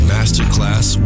Masterclass